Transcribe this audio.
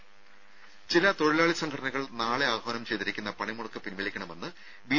രുര ചില തൊഴിലാളി സംഘടനകൾ നാളെ ആഹ്വാനം ചെയ്തിരിക്കുന്ന പണിമുടക്ക് പിൻവലിക്കണമെന്ന് ബി